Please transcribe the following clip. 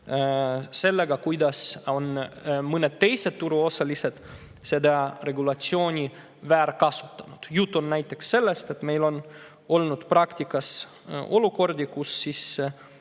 sellega, kuidas mõned teised turuosalised on seda regulatsiooni väärkasutanud. Jutt on näiteks sellest, et meil on olnud praktikas olukordi, kus